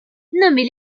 nommez